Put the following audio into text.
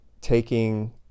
taking